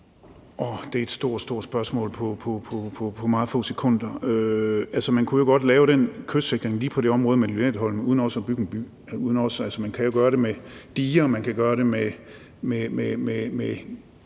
et stort, stort spørgsmål at svare på på meget få sekunder. Altså, man kunne jo godt lave den kystsikring lige på det område med Lynetteholmen uden også at bygge en by. Man kan jo gøre det med diger, og man kan gøre det med,